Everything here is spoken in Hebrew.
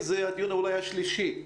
רגע, רגע.